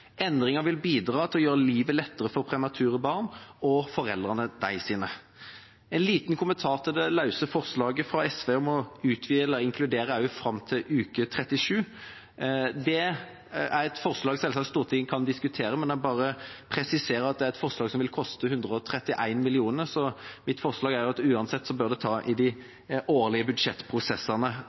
Endringene vil bidra til å gjøre livet lettere for premature barn og foreldrene deres. En liten kommentar til det løse forslaget fra SV om å utvide dette fram til uke 37: Det er et forslag Stortinget selvsagt kan diskutere, men jeg vil presisere at det er et forslag som vil koste 131 mill. kr. Mitt forslag er at uansett bør dette tas i de årlige budsjettprosessene. Ikke minst er det